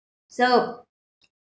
so